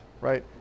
Right